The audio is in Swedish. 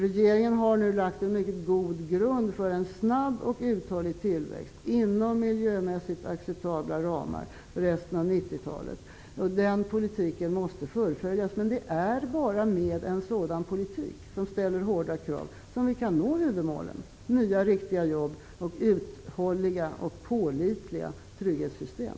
Regeringen har nu lagt en mycket god grund för en snabb och uthållig tillväxt inom miljömässigt acceptabla ramar för resten av 90-talet. Den politiken måste fullföljas. Men det är bara med en politik som ställer hårda krav som vi kan nå de högre målen -- nya, riktiga jobb samt uthålliga och pålitliga trygghetssystem.